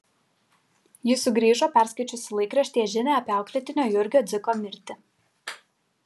ji sugrįžo perskaičiusi laikraštyje žinią apie auklėtinio jurgio dziko mirtį